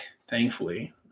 Thankfully